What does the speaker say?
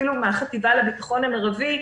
אפילו מן החטיבה לביטחון המרבי.